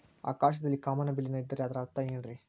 ಆಕಾಶದಲ್ಲಿ ಕಾಮನಬಿಲ್ಲಿನ ಇದ್ದರೆ ಅದರ ಅರ್ಥ ಏನ್ ರಿ?